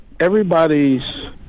everybody's